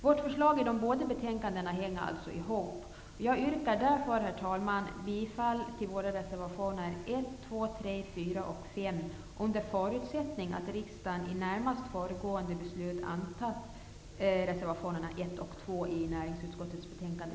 Vårt förslag i båda dessa betänkanden hänger alltså ihop. Jag yrkar därför, herr talman, bifall till våra reservationer 1, 2, 3, 4 och 5 under förutsättning att riksdagen i det närmast föregående ärendet, näringsutskottets betänkande